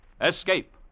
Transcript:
Escape